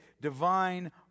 divine